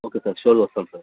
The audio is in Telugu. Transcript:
ఓకే సార్ ష్యూర్గా వస్తాను సార్